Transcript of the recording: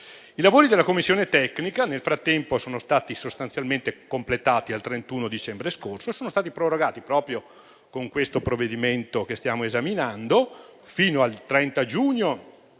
I lavori della commissione tecnica nel frattempo sono stati completati al 31 dicembre scorso e sono stati prorogati, proprio con questo provvedimento che stiamo esaminando, fino al 30 giugno